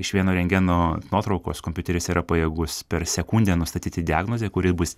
iš vieno rentgeno nuotraukos kompiuteris yra pajėgus per sekundę nustatyti diagnozę kuri bus